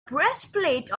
breastplate